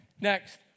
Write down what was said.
Next